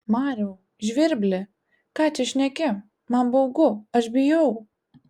mariau žvirbli ką čia šneki man baugu aš bijau